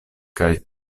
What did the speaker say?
kaj